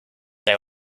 they